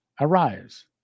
Arise